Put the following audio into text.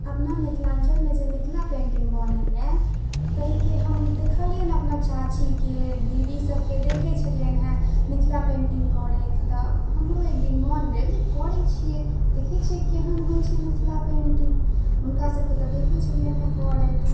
अपना मिथिलाञ्चलमे जे मिथिला पेन्टिङ्ग बनैए ताहिके हम देखलिअनि अपना चाचीके दीदी सबके देखै छलिअनिहेँ मिथिला पेन्टिङ्ग करैत तऽ हमरो एकदिन मोन भेल जे करै छिए देखै छिए केहन होइ छै मिथिला पेन्टिङ्ग हुनका सबके तऽ देखै छलिअनिहेँ करैत